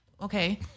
Okay